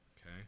okay